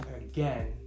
again